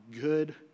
good